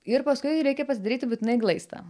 ir paskui reikia pasidaryti būtinai glaistą